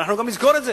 ואנחנו גם נזכור את זה.